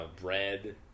bread